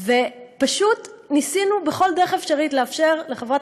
ופשוט ניסינו בכל דרך אפשרית לאפשר לחברת